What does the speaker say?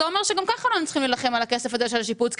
זה אומר שגם ככה לא היינו צריכים להילחם על הכסף הזה של השיפוץ,